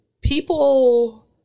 people